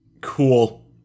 Cool